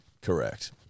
correct